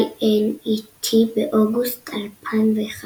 ynet, 24 באוגוסט 2011